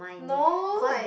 no like